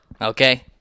Okay